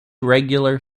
regular